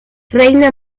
reina